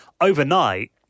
overnight